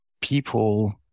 people